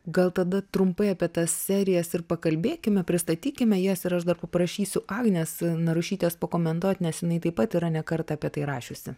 gal tada trumpai apie tas serijas ir pakalbėkime pristatykime jas ir aš dar paprašysiu agnės narušytės pakomentuot nes jinai taip pat yra ne kartą apie tai rašiusi